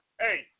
hey